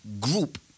group